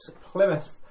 Plymouth